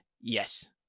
Yes